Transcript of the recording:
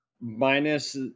minus